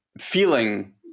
feeling